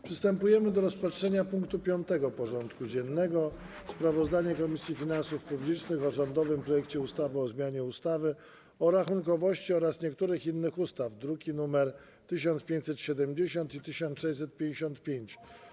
Przystępujemy do rozpatrzenia punktu 5. porządku dziennego: Sprawozdanie Komisji Finansów Publicznych o rządowym projekcie ustawy o zmianie ustawy o rachunkowości oraz niektórych innych ustaw (druki nr 1570 i 1655)